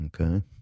okay